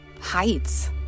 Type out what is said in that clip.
heights